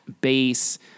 bass